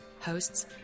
hosts